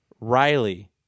Riley